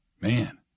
Man